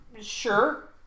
Sure